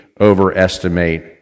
overestimate